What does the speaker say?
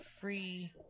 free